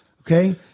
Okay